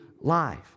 life